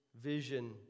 vision